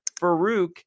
Farouk